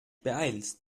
beeilst